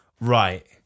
right